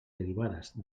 derivades